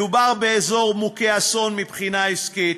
מדובר באזור מוכה אסון מבחינה עסקית,